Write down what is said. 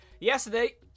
Yesterday